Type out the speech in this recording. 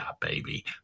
baby